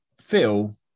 Phil